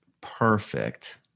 perfect